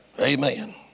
Amen